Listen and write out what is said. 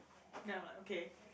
then I'm like okay